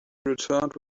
returned